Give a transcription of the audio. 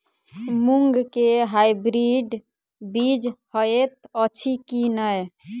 मूँग केँ हाइब्रिड बीज हएत अछि की नै?